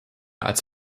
als